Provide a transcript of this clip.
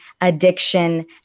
addiction